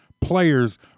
players